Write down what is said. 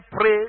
pray